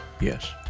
Yes